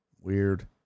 weird